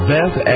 Beth